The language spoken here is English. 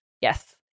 Yes